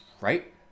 right